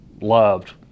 Loved